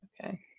Okay